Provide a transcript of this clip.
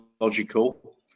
logical